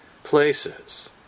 places